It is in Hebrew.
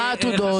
מה העתודות,